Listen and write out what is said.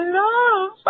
love